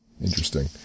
interesting